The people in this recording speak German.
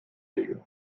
wege